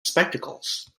spectacles